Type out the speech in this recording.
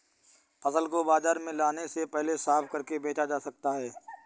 फसल को बाजार में लाने से पहले साफ करके बेचा जा सकता है?